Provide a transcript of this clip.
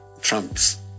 Trump's